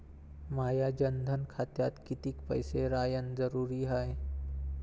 माया जनधन खात्यात कितीक पैसे रायन जरुरी हाय?